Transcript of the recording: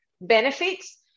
benefits